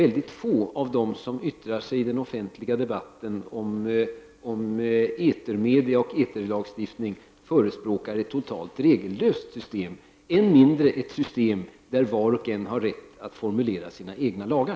Väldigt få av dem som yttrar sig i den offentliga debatten om etermedia och eterlagstiftning förespråkar ett totalt regellöst system, än mindre ett system enligt vilket var och en har rätt att formulera sina egna lagar.